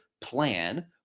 plan